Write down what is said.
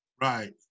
Right